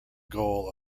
goal